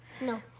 No